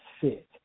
fit